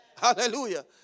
Hallelujah